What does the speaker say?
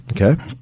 okay